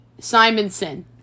Simonson